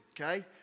Okay